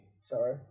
Sorry